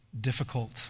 Difficult